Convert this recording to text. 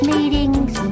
Meetings